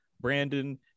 Brandon